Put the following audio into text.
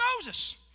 Moses